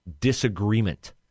disagreement